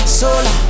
sola